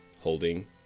holding